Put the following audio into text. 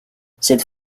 cette